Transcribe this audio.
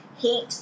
Heat